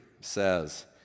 says